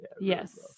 Yes